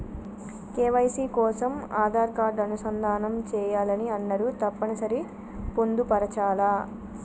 KYC కోసం Aadhaar card అనుసంధానం చేయాలని అన్నరు తప్పని సరి పొందుపరచాలా?